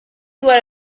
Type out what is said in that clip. dwar